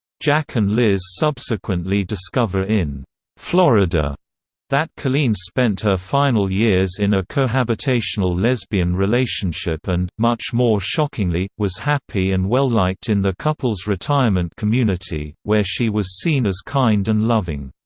jack and liz subsequently discover in florida that colleen spent her final years in a cohabitational lesbian relationship and much more shockingly was happy and well-liked in the couple's retirement community, where she was seen as kind and loving.